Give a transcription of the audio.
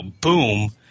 boom